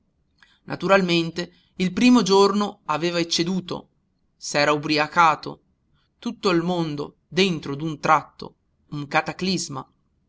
naturalmente il primo giorno aveva ecceduto s'era ubriacato tutto il mondo dentro d'un tratto un cataclisma